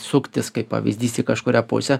suktis kaip pavyzdys į kažkurią pusę